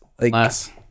Less